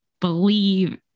believe